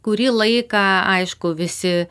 kurį laiką aišku visi